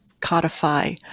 codify